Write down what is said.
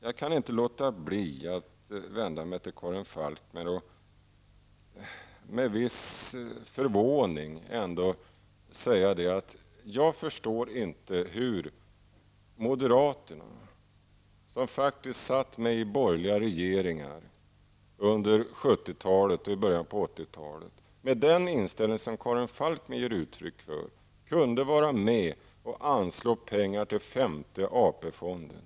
Jag kan inte låta bli att vända mig till Karin Falkmer och med viss förvåning säga att jag inte förstår hur moderaterna som satt med i borgerliga regeringar under 1970-talet och början av 1980-talet, med den inställning som Karin Falkmer ger uttryck för, kunde vara med och anslå pengar till femte AP fonden.